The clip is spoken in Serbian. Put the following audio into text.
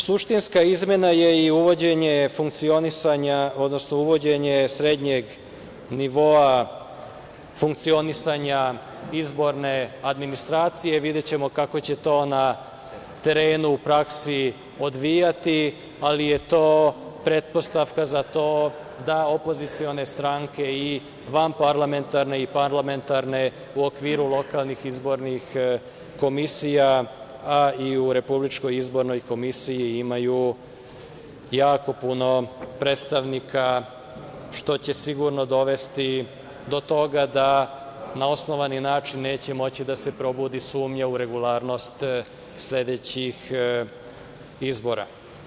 Suštinska izmena je i uvođenje funkcionisanja, odnosno uvođenje srednjeg nivoa funkcionisanja izborne administracije, videćemo kako će to na terenu, u praksi odvijati ali je to pretpostavka za to da opozicione stranke i vanparlamentarne i parlamentarne u okviru lokalnih izbornih komisija, a i u Republičkoj izbornoj komisiji imaju jako puno predstavnika što će sigurno dovesti do toga da na osnovani način neće moći da će da se probudi sumnja u regularnost sledećih izbora.